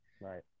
Right